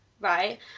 Right